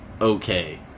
okay